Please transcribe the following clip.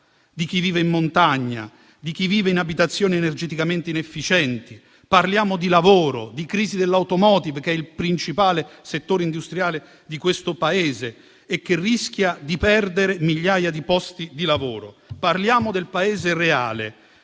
di chi vive in montagna, di chi vive in abitazioni energeticamente inefficienti. Parliamo di lavoro, di crisi dell'*automotive*, che è il principale settore industriale di questo Paese e che rischia di perdere migliaia di posti di lavoro. Parliamo del Paese reale,